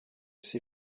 ces